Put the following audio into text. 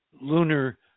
lunar